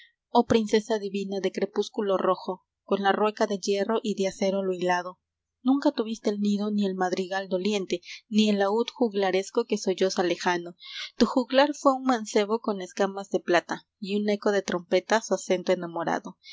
oh princesa divina de crepúsculo rojo con la rueca de hierro y de acero lo hilado nunca tuviste el nido ni el madrigal doliente ni el laúd juglaresco que solloza lejano tu juglar fué un mancebo con escamas de plata y un eco de trompeta su acento enamorado